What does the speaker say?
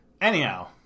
Anyhow